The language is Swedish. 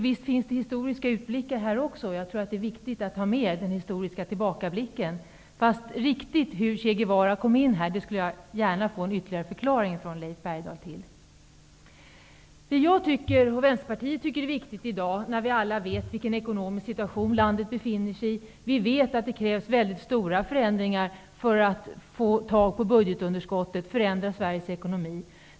Visst kan man göra historiska utblickar även när det gäller detta. Jag tror att det är viktigt att man har med den historiska tillbakablicken. Men jag skulle gärna vilja ha en ytterligare förklaring från Leif Bergdahl till hur Che Guevara kom in i sammanhanget. Alla vet vilken ekonomisk situation som landet i dag befinner sig i. Vi vet att det krävs stora förändringar för att minska budgetunderskottet och förändra Sveriges ekonomi.